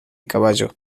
caballo